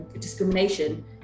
discrimination